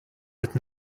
with